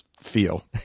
feel